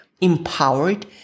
empowered